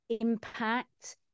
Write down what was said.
impact